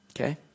Okay